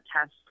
test